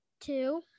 Two